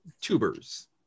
tubers